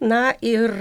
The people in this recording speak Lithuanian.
na ir